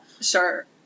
Sure